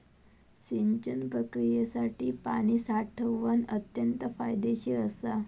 सिंचन प्रक्रियेसाठी पाणी साठवण अत्यंत फायदेशीर असा